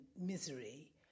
misery